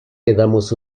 quedamos